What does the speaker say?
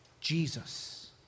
Jesus